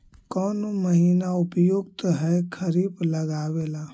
कौन महीना उपयुकत है खरिफ लगावे ला?